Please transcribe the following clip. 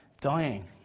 dying